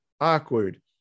awkward